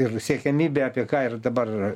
ir siekiamybė apie ką ir dabar